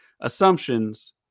assumptions